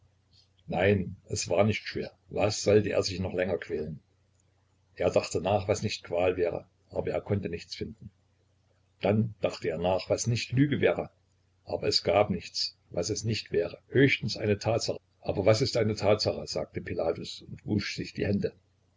nein es war nicht schwer was sollte er sich noch länger quälen er dachte nach was nicht qual wäre aber er konnte nichts finden dann dachte er nach was nicht lüge wäre aber es gab nichts was es nicht wäre höchstens eine tatsache aber was ist eine tatsache sagte pilatus und wusch sich die hände